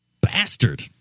Bastard